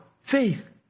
faith